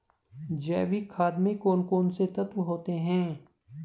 जैविक खाद में कौन कौन से तत्व होते हैं?